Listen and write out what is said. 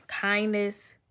kindness